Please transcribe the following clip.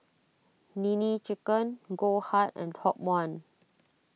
Nene Chicken Goldheart and Top one